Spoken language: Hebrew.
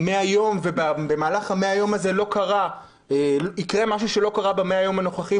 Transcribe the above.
100 ימים ובמהלך ה-100 האלה לא יקרה משהו שלא קרה ב-100 ימים הנוכחיים.